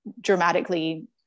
dramatically